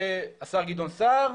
השר גדעון סער,